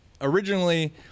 originally